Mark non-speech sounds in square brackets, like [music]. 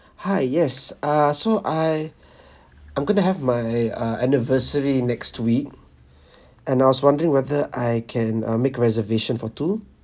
hi yes uh so I [breath] I'm going to have my uh anniversary next week [breath] and I was wondering whether I can uh make a reservation for two